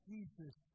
Jesus